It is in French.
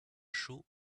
chaud